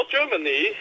Germany